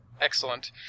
excellent